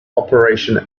operation